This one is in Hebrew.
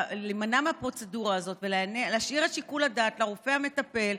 להימנע מהפרוצדורה הזאת ולהשאיר את שיקול הדעת לרופא המטפל,